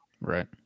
Right